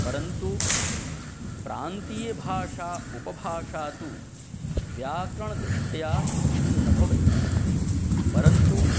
परन्तु प्रान्तीयभाषा उपभाषा तु व्याकरणदृष्ट्या शुद्धा न भवति परन्तु